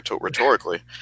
rhetorically